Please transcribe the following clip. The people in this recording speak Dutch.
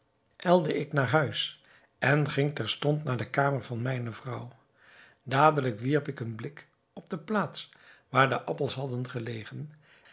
ijlde ik naar huis en ging terstond naar de kamer van mijne vrouw dadelijk wierp ik een blik op de plaats waar de appels hadden gelegen